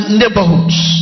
neighborhoods